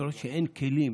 אתה רואה שאין כלים.